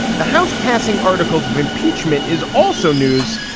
the house passing articles of impeachment is also news,